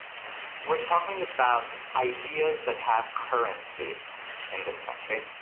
we're talking about ideas that have currency in this country.